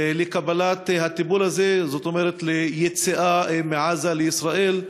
לקבלת הטיפול הזה, זאת אומרת, ליציאה מעזה לישראל.